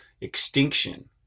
extinction